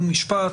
חוק ומשפט,